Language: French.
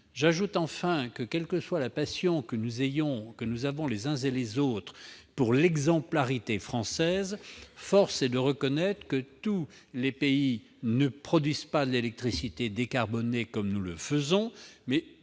établie. Enfin, quelle que soit la passion que nous ayons les uns et les autres pour l'exemplarité française, force est de reconnaître que tous les pays ne produisent pas d'électricité décarbonée comme nous le faisons, mais